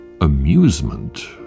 Amusement